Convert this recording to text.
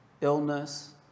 illness